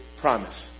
promise